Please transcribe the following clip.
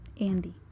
Andy